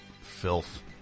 filth